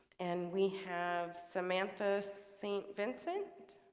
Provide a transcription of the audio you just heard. and we have samantha st. vincent